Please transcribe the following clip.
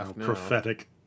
Prophetic